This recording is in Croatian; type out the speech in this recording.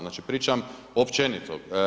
Znači pričam općenito.